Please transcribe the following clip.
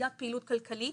פעילות כלכלית,